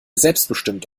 selbstbestimmt